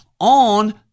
on